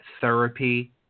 Therapy